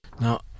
Now